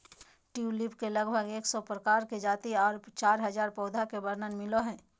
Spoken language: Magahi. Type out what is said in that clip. ट्यूलिप के लगभग एक सौ प्रकार के जाति आर चार हजार पौधा के वर्णन मिलो हय